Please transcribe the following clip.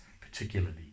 particularly